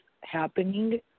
happening